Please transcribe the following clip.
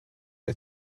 der